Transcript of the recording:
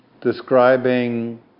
describing